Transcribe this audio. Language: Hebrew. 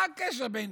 מה הקשר בין